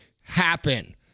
happen